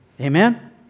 Amen